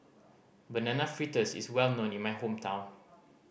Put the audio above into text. Banana Fritters is well known in my hometown